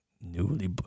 newly